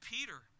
Peter